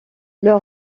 leur